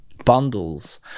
Bundles